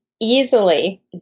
easily